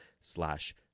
slash